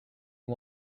you